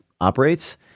operates